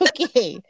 Okay